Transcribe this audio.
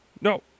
no